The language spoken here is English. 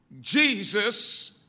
Jesus